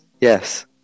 Yes